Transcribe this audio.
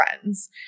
friends